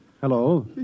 Hello